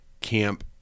camp